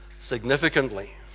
significantly